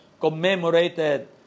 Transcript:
commemorated